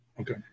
Okay